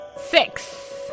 Six